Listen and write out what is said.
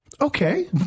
Okay